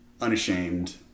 unashamed